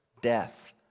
death